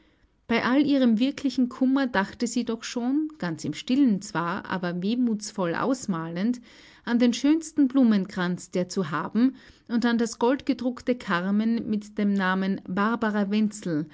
bei all ihrem wirklichen kummer dachte sie doch schon ganz im stillen zwar aber wehmutsvoll ausmalend an den schönsten blumenkranz der zu haben und an das goldgedruckte karmen mit dem namen barbara wenzel